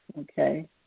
okay